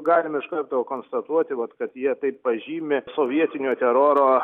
galim iš karto konstatuoti vat kad jie taip pažymi sovietinio teroro